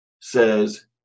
says